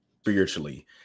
spiritually